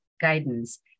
guidance